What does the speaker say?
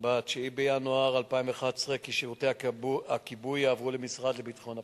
ב-9 בינואר 2011 כי שירותי הכיבוי יעברו למשרד לביטחון הפנים,